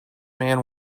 man